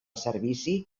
servici